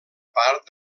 part